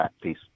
Peace